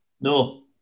No